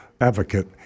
advocate